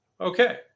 Okay